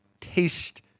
taste